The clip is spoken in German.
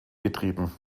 betrieben